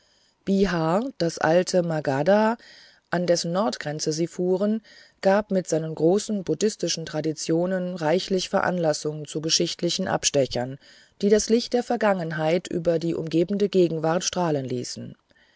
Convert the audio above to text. bihar das alte magadha an dessen nordgrenze sie fuhren gab mit seinen großen buddhistischen traditionen reichliche veranlassung zu geschichtlichen abstechern die das licht der vergangenheit über die umgebende gegenwart strahlen ließen